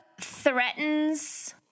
threatens